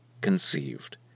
conceived